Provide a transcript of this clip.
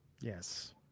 Yes